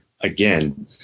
again